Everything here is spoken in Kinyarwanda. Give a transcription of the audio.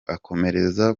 akomereza